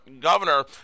Governor